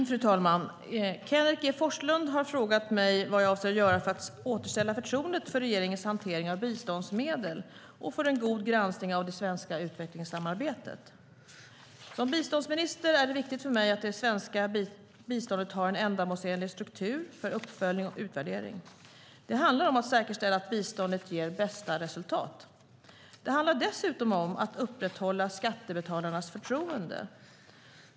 Fru talman! Kenneth G Forslund har frågat mig om vad jag avser att göra för att återställa förtroendet för regeringens hantering av biståndsmedel och för en god granskning av det svenska utvecklingssamarbetet. Som biståndsminister är det viktigt för mig att det svenska biståndet har en ändamålsenlig struktur för uppföljning och utvärdering. Det handlar om att säkerställa att biståndet ger bästa resultat. Det handlar dessutom om att upprätthålla skattebetalarnas förtroende.